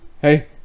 hey